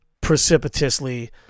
Precipitously